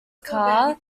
car